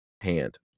hand